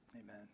amen